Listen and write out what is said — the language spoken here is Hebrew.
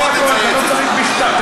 לא צריך בכתב.